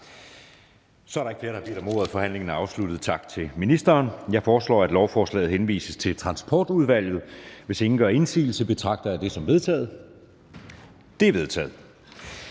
Så er der ikke flere, der har bedt om ordet. Forhandlingen er afsluttet. Tak til ministeren. Jeg foreslår, at lovforslaget henvises til Transportudvalget. Hvis ingen gør indsigelse, betragter jeg det som vedtaget. Det er vedtaget.